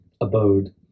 abode